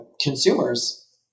consumers